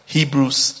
Hebrews